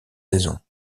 saison